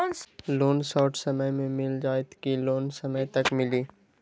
Loan short समय मे मिल जाएत कि लोन समय तक मिली?